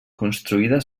construïda